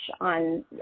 on